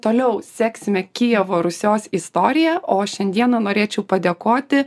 ir toliau seksime kijevo rusios istoriją o šiandieną norėčiau padėkoti